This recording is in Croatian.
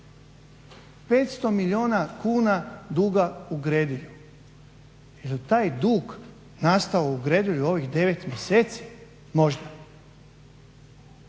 500 milijuna duga u Gredelju. Jel taj dug nastao u Gredelju u ovih 9 mjeseci možda?